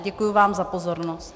Děkuju vám za pozornost.